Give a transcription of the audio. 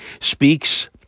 speaks